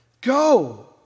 go